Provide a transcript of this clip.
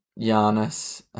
Giannis